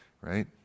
right